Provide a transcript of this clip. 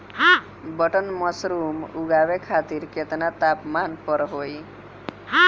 Button mushroom उगावे खातिर केतना तापमान पर होई?